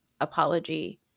apology